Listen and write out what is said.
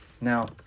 now